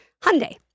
Hyundai